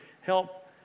help